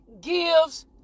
gives